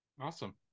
awesome